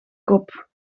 kop